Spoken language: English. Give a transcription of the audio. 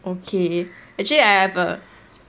okay actually I have a